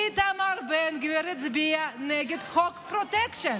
איתמר בן גביר הצביע נגד חוק הפרוטקשן